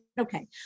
Okay